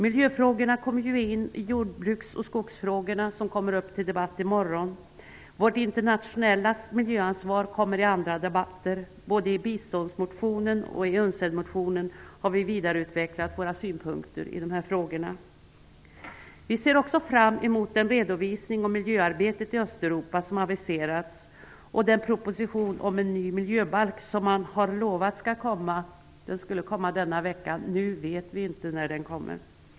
Miljöfrågorna kommer ju in i jordbruks och skogsfrågorna som kommer upp till debatt i morgon. Vårt internationella miljöansvar kommer upp i andra debatter. Både i biståndmotionen och i UNCED-motionen har vi vidareutvecklat våra synpunkter i denna fråga. Vi ser också fram emot den redovisning om miljöarbetet i Östeuropa som aviserats och den proposition om en ny miljöbalk som man lovat skall komma redan denna vecka. Nu vet vi inte när den kommer.